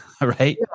right